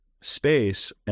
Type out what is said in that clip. space